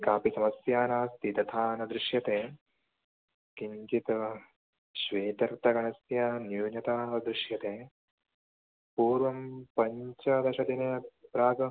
कापि समस्या नास्ति तथा न दृश्यते किञ्चित् श्वेतरक्तकणस्य न्यूनता दृश्यते पूर्वं पञ्चदशदिने प्राग्